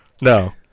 No